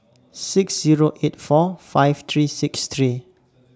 six Zero eight four five three six three